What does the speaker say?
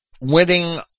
winning